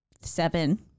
seven